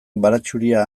baratxuria